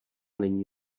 není